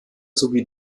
sowie